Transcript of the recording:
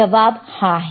जवाब हां है